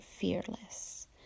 fearless